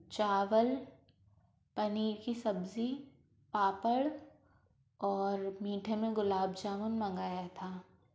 चावल पनीर की सब्जी पापड़ और मीठे में गुलाब जामुन मंगाया था